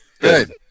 Good